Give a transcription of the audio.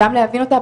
גם להבין אותה,